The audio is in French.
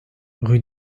rue